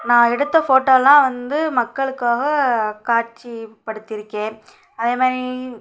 நான் எடுத்த ஃபோட்டோவெலாம் வந்து மக்களுக்காக காட்சிப்படுத்தியிருக்கேன் அதே மாதிரி